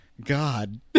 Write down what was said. God